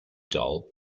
doll